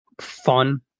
fun